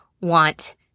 want